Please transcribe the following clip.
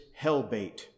hellbait